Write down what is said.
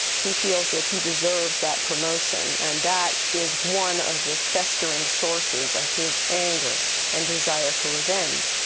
he feels that he deserves that promotion and that is one of the festering sources of his anger and desire for revenge.